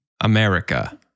America